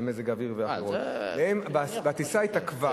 מזג אוויר וסיבות אחרות והטיסה התעכבה,